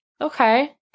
okay